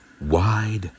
wide